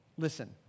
Listen